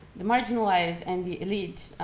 the marginalized and the elite,